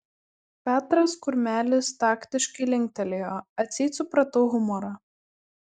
petras kurmelis taktiškai linktelėjo atseit supratau humorą